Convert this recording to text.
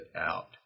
out